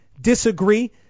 disagree